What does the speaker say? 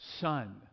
son